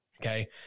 Okay